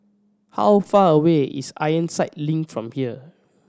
how far away is Ironside Link from here